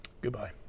Goodbye